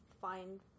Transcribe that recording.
find